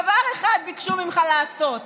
דבר אחד ביקשו ממך לעשות: